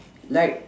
like